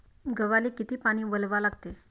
गव्हाले किती पानी वलवा लागते?